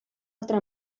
altra